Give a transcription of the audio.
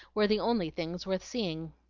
were the only things worth seeing.